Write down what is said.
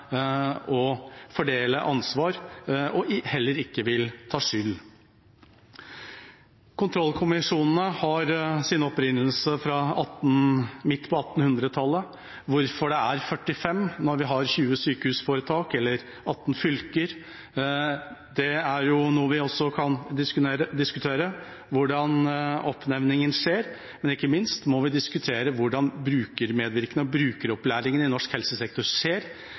og fordele ansvar og heller ikke vil ta skyld. Kontrollkommisjonene har sin opprinnelse fra midt på 1800-tallet. Hvorfor det er 45 når vi har 20 sykehusforetak, eller 18 fylker, det er jo noe vi også kan diskutere, og hvordan oppnevningen skjer. Ikke minst må vi diskutere hvordan brukermedvirkningen og brukeropplæringen i norsk helsesektor skjer.